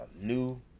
New